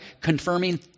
confirming